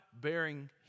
bearing